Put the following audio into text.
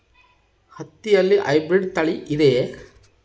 ಹತ್ತಿಯಲ್ಲಿ ಹೈಬ್ರಿಡ್ ತಳಿ ಇದೆಯೇ?